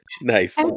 Nice